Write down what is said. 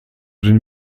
den